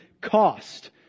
cost